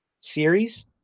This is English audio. series